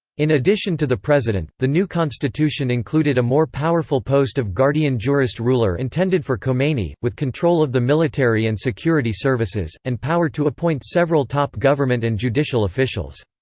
in addition to the president, the new constitution included a more powerful post of guardian jurist ruler intended for khomeini, with control of the military and security services, and power to appoint several top government and judicial officials.